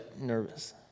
nervous